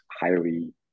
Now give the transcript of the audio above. highly